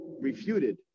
refuted